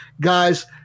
guys